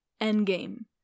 Endgame